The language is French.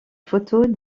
photos